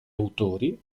autori